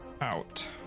out